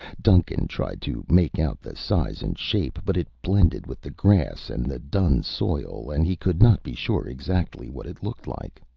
duncan tried to make out the size and shape, but it blended with the grass and the dun soil and he could not be sure exactly what it looked like.